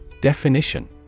Definition